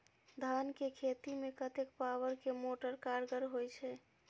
धान के खेती में कतेक पावर के मोटर कारगर होई छै?